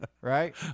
right